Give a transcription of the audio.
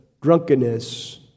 drunkenness